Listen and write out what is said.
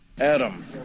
adam